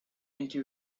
into